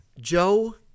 Joe